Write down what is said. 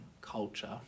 culture